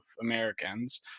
Americans